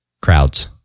crowds